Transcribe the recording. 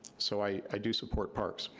so i do support parks,